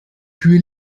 kühe